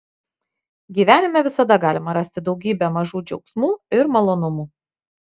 gyvenime visada galima rasti daugybę mažų džiaugsmų ir malonumų